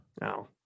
No